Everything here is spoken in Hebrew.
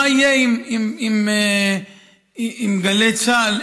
מה יהיה עם גלי צה"ל?